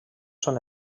són